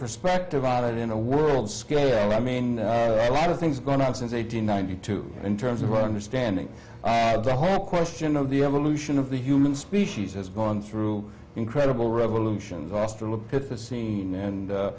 perspective on it in a world scale i mean a lot of things going on since eighty ninety two in terms of understanding the whole question of the evolution of the human species has gone through incredible revolutions auster look at the scene